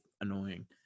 annoying